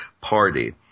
party